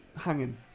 hanging